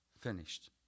finished